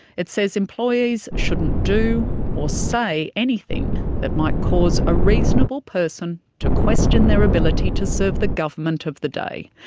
it says employees shouldn't do or say anything that might cause a reasonable person to question their ability to serve the government of the day.